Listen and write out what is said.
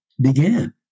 began